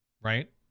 Right